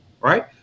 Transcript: Right